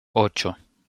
ocho